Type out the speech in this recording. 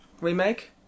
remake